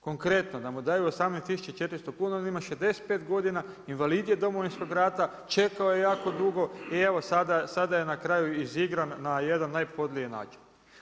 Konkretno da mu daju 18400 kn, onda on ima 65 godina invalid je Domovinskog rata, čekao je jako dugo i evo sada je na kraju izigran na jedan najpodliji način.